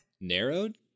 Narrowed